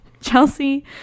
chelsea